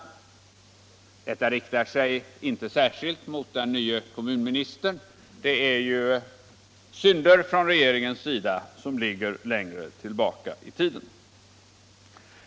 Detta uttalande riktar sig inte särskilt mot den nye kommunministern. Det rör sig om regeringssynder som ligger längre tillbaka i tiden.